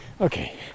Okay